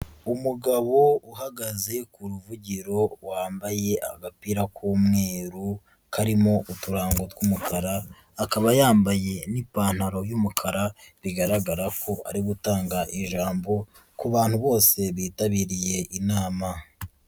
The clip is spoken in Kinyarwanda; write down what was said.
Umugabo uhagaze ku ruvugiro wambaye agapira k'umweru karimo uturango tw'umukara akaba yambaye n'ipantaro y'umukara bigaragara ko ari gutanga ijambo ku bantu bose bitabiriye inama.